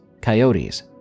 coyotes